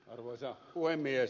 arvoisa puhemies